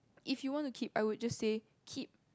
if you want to keep I would just say keep